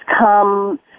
come